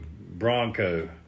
Bronco